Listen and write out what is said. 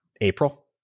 April